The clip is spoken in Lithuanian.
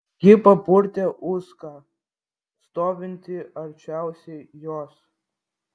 ji papurtė uską stovintį arčiausiai jos